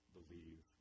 believe